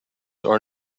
are